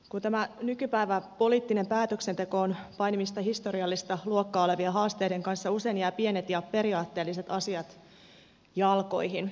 kun tämä nykypäivän poliittinen päätöksenteko on painimista historiallista luokkaa olevien haasteiden kanssa usein jäävät pienet ja periaatteelliset asiat jalkoihin